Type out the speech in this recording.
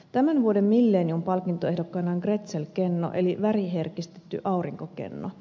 tämän vuoden millennium palkintoehdokkaana on grätzel kenno eli väriherkistetty aurinkokenno